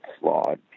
flawed